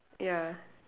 ya